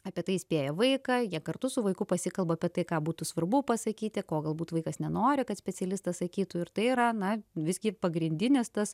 apie tai įspėja vaiką jie kartu su vaiku pasikalba apie tai ką būtų svarbu pasakyti ko galbūt vaikas nenori kad specialistas sakytų ir tai yra na visgi pagrindinis tas